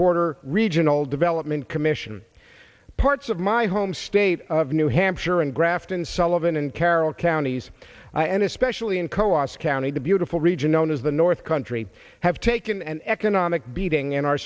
border regional development commission parts of my home state of new hampshire and grafton sullivan and carroll counties and especially in co ops county the beautiful region known as the north country have taken an economic beating and are